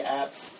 apps